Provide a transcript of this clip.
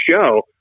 show